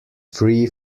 free